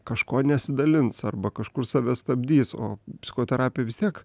kažko nesidalins arba kažkur save stabdys o psichoterapija vis tiek